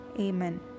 Amen